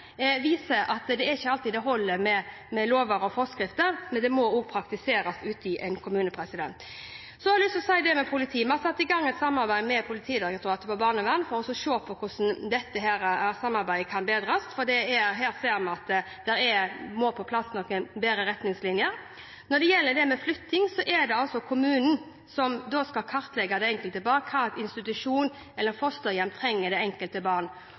viser at det er ikke alltid det holder med lover og forskrifter, det må også praktiseres ute i en kommune. Så har jeg lyst til å si at når det gjelder politi, har vi satt i gang et samarbeid om barnevern med Politidirektoratet for å se på hvordan dette samarbeidet kan bedres, for her ser vi at det må på plass noen bedre retningslinjer. Når det gjelder det med flytting, er det altså kommunen som skal kartlegge det enkelte barn og hva slags institusjon eller fosterhjem det trenger.